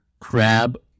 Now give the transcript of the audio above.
crab